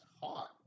hot